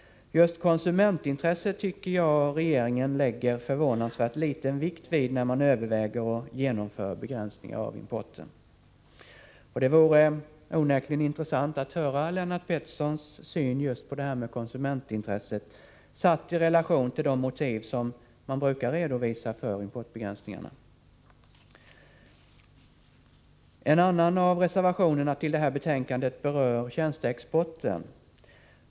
Just konsumentintresset tycker jag regeringen lägger förvånansvärt liten vikt vid när man överväger och genomför begränsningar avimporten. Det vore onekligen intressant att få veta hur Lennart Pettersson ser på just konsumentintresset, satt i relation till de motiv man brukar redovisa för importbegränsningar. En annan av reservationerna till det här betänkandet berör tjänsteexporten.